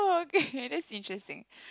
okay that's interesting